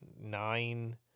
nine